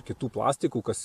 kitų plastikų kas